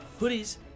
hoodies